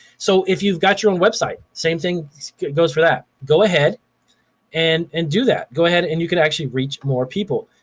so if you've got your own website, same thing goes for that. go ahead and and do that, go ahead and you can actually reach more people.